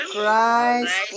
Christ